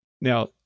Now